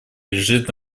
лежит